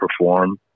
perform